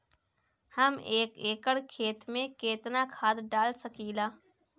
हम एक एकड़ खेत में केतना खाद डाल सकिला?